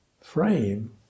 frame